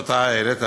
שאתה העלית,